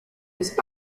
was